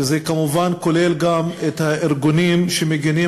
שזה כמובן כולל את הארגונים שמגינים